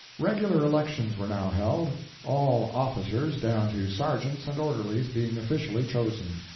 regular elections were now held all officers, down to sergeants and orderlies, being officially chosen.